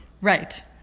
Right